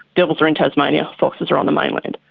devils are in tasmania, foxes are on the mainland.